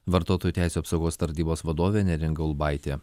vartotojų teisių apsaugos tarnybos vadovė neringa ulbaitė